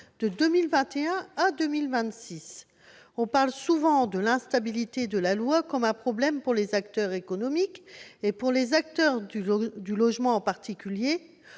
de 2021 à 2026. On parle souvent de l'instabilité de la loi comme d'un problème pour les acteurs économiques et pour les acteurs du logement en particulier.